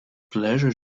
pleasure